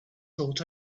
thought